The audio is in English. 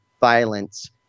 violence